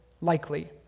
likely